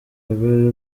rwari